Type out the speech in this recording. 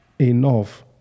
enough